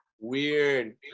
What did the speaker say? Weird